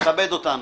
תכבד אותנו.